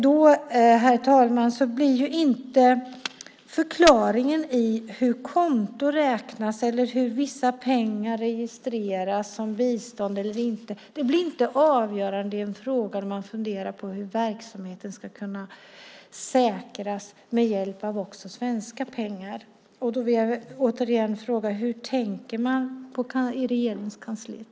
Då, herr talman, ligger inte förklaringen i hur konton räknas eller hur vissa pengar registreras, som bistånd eller inte. Det blir inte avgörande i en fråga där man funderar på hur verksamheten ska kunna säkras också med hjälp av svenska pengar. Jag vill återigen fråga: Hur tänker man i Regeringskansliet?